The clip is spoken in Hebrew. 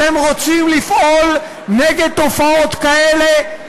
אתם רוצים לפעול נגד תופעות כאלה?